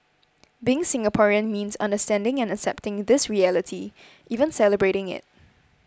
being Singaporean means understanding and accepting this reality even celebrating it